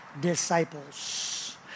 disciples